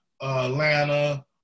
Atlanta